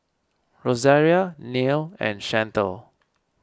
Rosaria Neil and Shantel